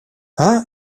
hein